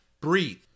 Breathe